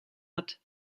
hat